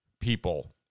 People